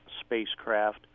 spacecraft